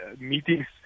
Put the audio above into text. meetings